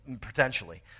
potentially